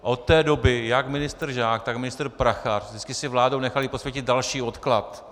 Od té doby jak ministr Žák, tak ministr Prachař vždycky si vládou nechali posvětit další odklad.